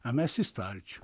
o mes į stalčių